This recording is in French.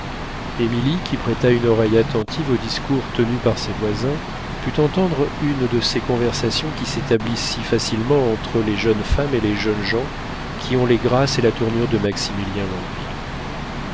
émilie qui prêta une oreille attentive aux discours tenus par ses voisins put entendre une de ces conversations qui s'établissent si facilement entre les jeunes femmes et les jeunes gens qui ont les grâces et la tournure de maximilien